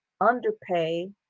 underpay